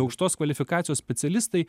aukštos kvalifikacijos specialistai